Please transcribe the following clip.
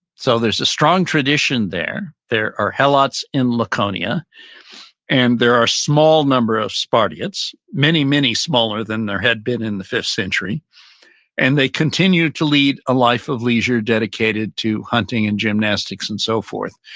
so there's a strong tradition there, there are helmets in laconia and there are small number of spartians, many, many smaller than there had been in the fifth century and they continued to lead a life of leisure dedicated to hunting and gymnastics and so forth,